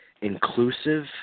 inclusive